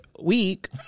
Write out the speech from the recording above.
week